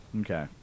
Okay